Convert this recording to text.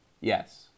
Yes